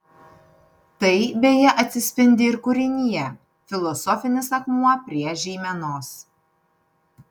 tai beje atsispindi ir kūrinyje filosofinis akmuo prie žeimenos